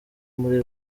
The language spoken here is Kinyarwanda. muri